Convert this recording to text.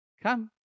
Come